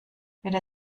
weder